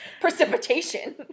Precipitation